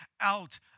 out